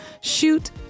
Shoot